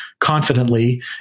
confidently